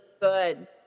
good